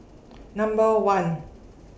Number one